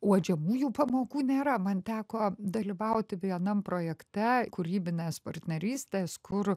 uodžiamųjų pamokų nėra man teko dalyvauti vienam projekte kūrybinės partnerystės kur